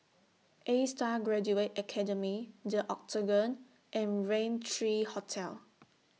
A STAR Graduate Academy The Octagon and Raintr Hotel